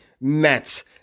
met